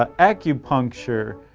ah acupuncture,